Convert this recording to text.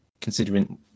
Considering